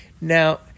Now